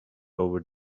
over